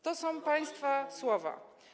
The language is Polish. To są państwa słowa.